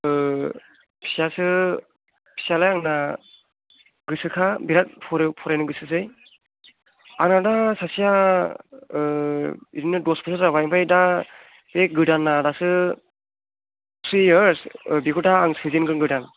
फिसासो फिसायालाय आंना गोसोखा बिराद फरायनो गोसोसै आंना दा सासेया बिदिनो दस बसर जाबाय दा बे गोदाना दासो थ्रि इयर्स बेखौ दा आं सोजेनग्रोनगोन दा आं